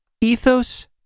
Ethos